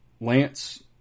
Lance